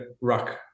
Rock